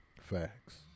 Facts